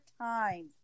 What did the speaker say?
times